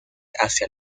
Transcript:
hacia